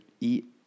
eat